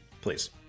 Please